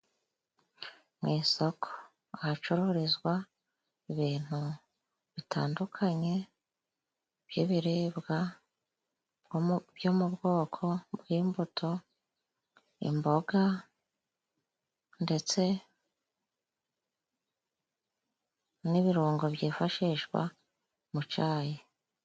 Mu isoko, ahacururizwa ibintu bitandukanye by'ibiribwa byo mu bwoko bw'imbuto, imboga ndetse n'ibirungo byifashishwa mu cayi.